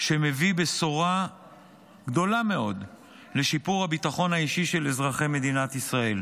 שמביא בשורה גדולה מאוד לשיפור הביטחון האישי של אזרחי מדינת ישראל.